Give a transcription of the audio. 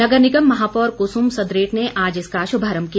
नगर निगम की महापौर कुसुम सदरेट ने आज इसका शुभारम्म किया